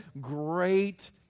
great